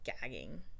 gagging